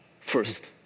first